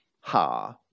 ha